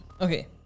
Okay